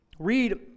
Read